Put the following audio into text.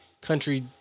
country